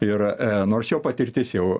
ir nors jo patirtis jau